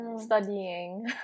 studying